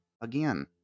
Again